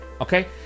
okay